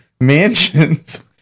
mansions